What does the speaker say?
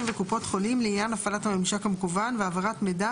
וקופות חולים לעניין הפעלת הממשק המקוון והעברת מידע